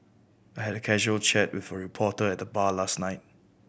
I had a casual chat with a reporter at the bar last night